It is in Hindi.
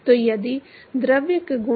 तो यदि द्रव के गुण